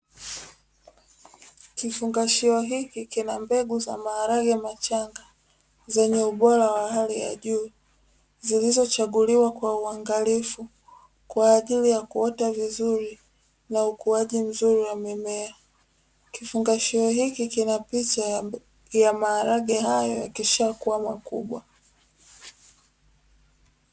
Kifungashio hiki kina mbegu za maharage machanga, zenye ubora wa hali ya juu, zilizochaguliwa kwa uangalifu, kwa ajili ya kuota vizuri na ukuaji mzuri wa mimea. Kifungashio hiki kina picha ya maharage hayo yakishakua makubwa.